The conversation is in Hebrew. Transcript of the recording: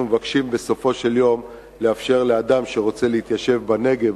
אנחנו מבקשים בסופו של יום לאפשר לאדם שרוצה לרכוש דירה בנגב,